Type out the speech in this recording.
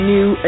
New